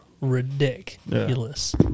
ridiculous